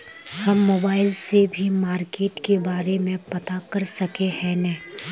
हम मोबाईल से भी मार्केट के बारे में पता कर सके है नय?